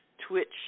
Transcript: twitch